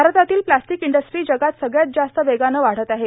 भारतातील plastic industry जगात सगळ्वात जास्त वेगानं वाढतं आहे